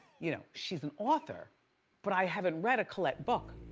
you know she's an author but i haven't read a colette book.